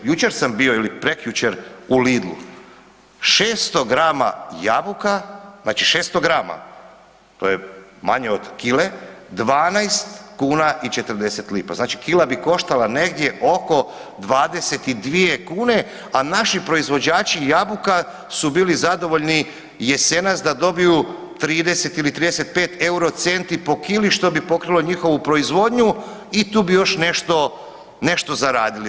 Jučer sam bio ili prekjučer u Lidlu, 600 grama jabuka, znači 600 grama to je manje od kile 12 kuna i 40 lipa, znači kila bi koštala negdje oko 22 kune, a naši proizvođači jabuka su bili zadovoljni jesenas da dobiju 30 ili 35 euro centi po kili što bi pokrilo njihovu i tu bi još nešto, nešto zaradili.